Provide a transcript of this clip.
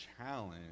challenge